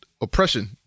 oppression